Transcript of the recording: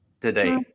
today